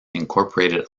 incorporated